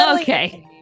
okay